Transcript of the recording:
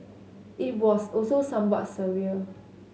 it was also somewhat surreal